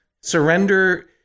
Surrender